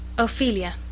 Ophelia